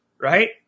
right